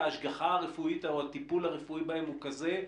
ההרגשה הרפואית והטיפול הרפואי בהם הוא כזה,